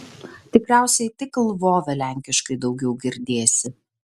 tikriausiai tik lvove lenkiškai daugiau girdėsi